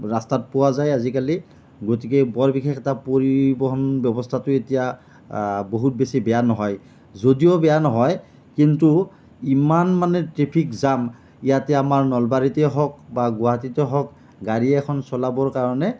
ৰাস্তাত পোৱা যায় আজিকালি গতিকে বৰ বিশেষ এটা পৰিবহণ ব্যৱস্থাটো এতিয়া বহুত বেছি বেয়া নহয় যদিও বেয়া নহয় কিন্তু ইমান মানে ট্ৰেফিক জাম ইয়াতে আমাৰ নলবাৰীতে হওক বা গুৱাহাটীতে হওক গাড়ী এখন চলাবৰ কাৰণে